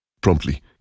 Promptly